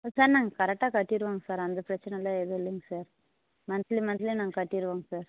sir நாங்கள் கரெக்டாக கட்டிவிடுவோங்க சார் அந்த பிரச்சினைலாம் எதுவும் இல்லைங்க சார் மந்த்லி மந்த்லி நாங்கள் கட்டிவிடுவோங்க சார்